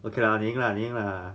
okay lah 你赢你赢 lah